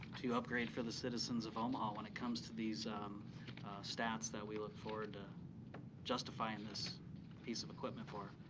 to upgrade for the citizens of omaha when it comes to these stats that we look forward to justifying this piece of equipment for.